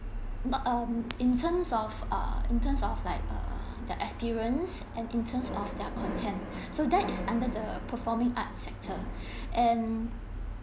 but um in terms of err in terms of like err the experience and interest of their content so that is under the performing art sector